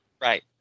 Right